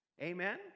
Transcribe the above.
amen